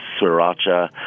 sriracha